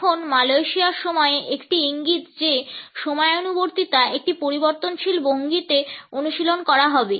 এখন মালয়েশিয়ার সময় একটি ইঙ্গিত যে সময়ানুবর্তিতা একটি পরিবর্তনশীল ভঙ্গিতে অনুশীলন করা হবে